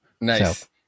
Nice